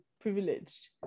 privileged